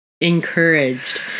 encouraged